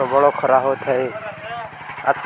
ପ୍ରବଳ ଖରା ହୋଇଥାଏ